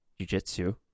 jujitsu